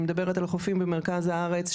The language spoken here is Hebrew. אני מדברת על החופים במרכז הארץ,